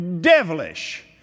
devilish